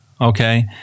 okay